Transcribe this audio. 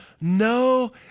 No